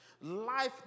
life